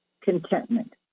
contentment